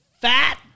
fat